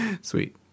Sweet